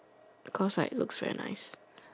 cause like looks very nice